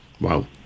Wow